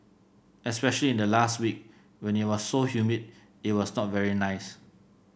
especially in the last week when it was so humid it was not very nice